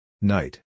Night